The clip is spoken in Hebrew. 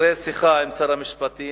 אחרי שיחה עם שר המשפטים,